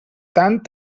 tant